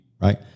right